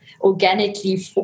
organically